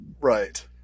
Right